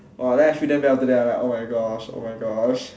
!wah! then I feel damn bad after that I'm like oh my gosh oh my gosh